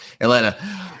Atlanta